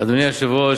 אדוני היושב-ראש,